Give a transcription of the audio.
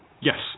Yes